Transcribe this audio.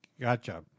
Gotcha